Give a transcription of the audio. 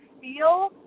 feel